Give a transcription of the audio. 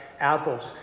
apples